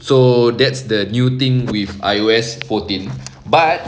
so that's the new thing with I_O_S fourteen but